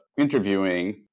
interviewing